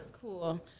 Cool